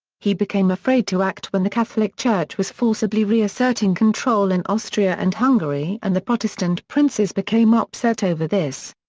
he became afraid to act when the catholic church was forcibly reasserting control in austria and hungary and the protestant princes became upset over this.